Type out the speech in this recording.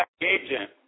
Agent